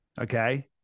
Okay